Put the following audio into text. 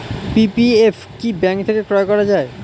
PPF কি bank থেকে ক্রয় করা যায়?